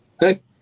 hey